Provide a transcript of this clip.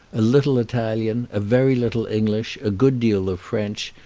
a little italian, a very little english, a good deal of french,